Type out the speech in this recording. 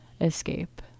escape